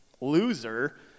loser